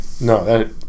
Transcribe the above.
no